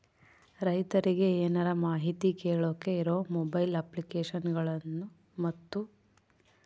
ರೈತರಿಗೆ ಏನರ ಮಾಹಿತಿ ಕೇಳೋಕೆ ಇರೋ ಮೊಬೈಲ್ ಅಪ್ಲಿಕೇಶನ್ ಗಳನ್ನು ಮತ್ತು?